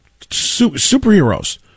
Superheroes